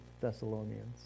Thessalonians